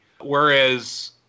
Whereas